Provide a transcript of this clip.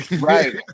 Right